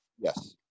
Yes